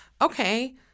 Okay